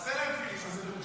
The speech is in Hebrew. תעשה להם פיליבסטר,